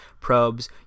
probes